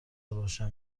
روشن